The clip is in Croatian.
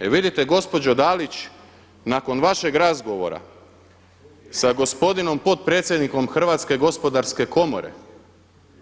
E vidite gospođo Dalić, nakon vašeg razgovora sa gospodinom potpredsjednikom HGK